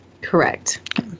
Correct